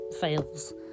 fails